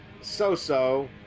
So-So